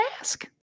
ask